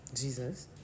Jesus